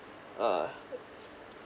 uh